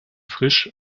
frisch